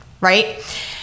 right